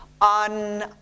on